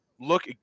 look